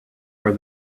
for